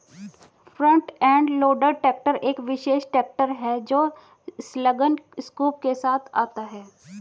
front end loader tractor एक विशेष tractor है जो संलग्न स्कूप के साथ आता है